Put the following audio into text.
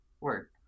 work